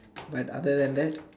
but other than that